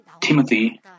Timothy